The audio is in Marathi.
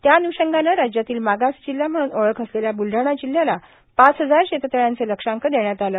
त्याअन्ंषगाने राज्यातील मागास जिल्हा म्हणून ओळख असलेल्या ब्लडाणा जिल्ह्याला पाच हजार शेततळ्यांचे लक्षांक देण्यात आले